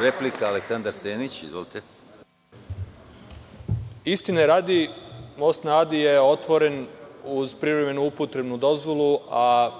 replika. **Aleksandar Senić** Istine radi, most na Adi je otvoren uz privremenu upotrebnu dozvolu, a